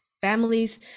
families